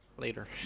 later